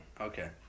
Okay